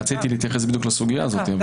רציתי בדיוק להתייחס לסוגיה זו.